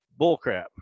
bullcrap